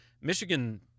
Michigan